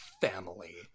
family